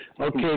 okay